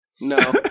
No